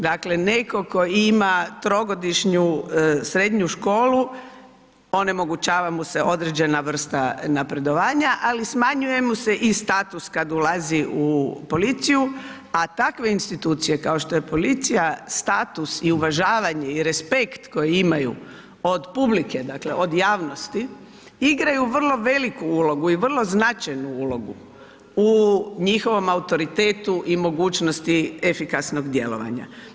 Dakle, netko tko ima trogodišnju srednju školu, onemogućava mu se određena vrsta napredovanja, ali smanjuje mu se i status kada ulazi u policiju, a takve institucije, kao što je policija, status i uvažavanje i respekt koji imaju od publike, dakle, od javnosti igraju vrlo veliku ulogu i vrlo značajnu ulogu u njihovom autoritetu i mogućnosti efikasnog djelovanja.